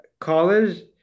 college